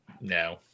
no